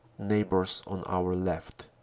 neighbors on our left.